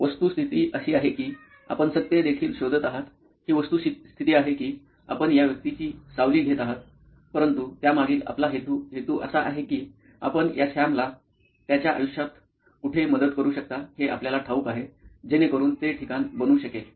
professor वस्तुस्थिती अशी आहे की आपण सत्य देखील शोधत आहात ही वस्तुस्थिती आहे की आपण या व्यक्तीची सावली घेत आहात परंतु त्यामागील आपला हेतू असा आहे की आपण या सॅमला त्याच्या आयुष्यात कुठे मदत करू शकता हे आपल्याला ठाऊक आहे जेणेकरून ते ठिकाण बनू शकेल